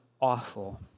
awful